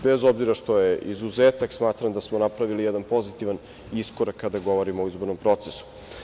Bez obzira što je izuzetak, smatram da smo napravili jedan pozitivan iskorak kada govorimo o izbornom procesu.